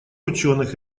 ученых